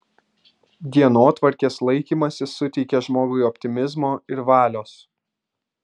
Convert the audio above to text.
dienotvarkės laikymasis suteikia žmogui optimizmo ir valios